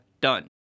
done